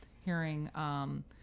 hearing